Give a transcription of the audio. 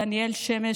דניאל שמש,